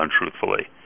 untruthfully